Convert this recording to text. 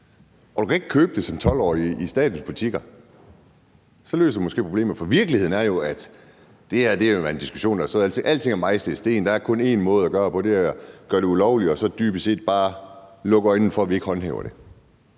og man kan ikke købe det som 12-årig i statens butikker – så løser det måske problemet. Virkeligheden er jo, at det her er en diskussion, der har stået på altid. Alting er mejslet i sten. Der er kun en måde at gøre det på, og det er ved at gøre det ulovligt og så dybest set bare lukke øjnene for, at vi ikke håndhæver det.